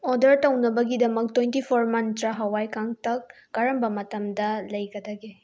order ꯇꯧꯅꯕꯒꯤꯗꯃꯛ twenty four ꯃꯟꯇ꯭ꯔꯥ ꯍꯋꯥꯏ ꯀꯪꯇꯛ ꯀꯔꯝꯕ ꯃꯇꯝꯗ ꯂꯩꯒꯗꯒꯦ